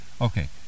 okay